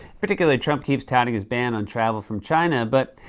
particularly, trump keeps touting his ban on travel from china. but,